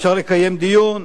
אפשר לקיים דיון,